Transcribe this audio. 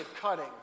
cutting